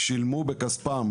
שילמו תמורתם בכספם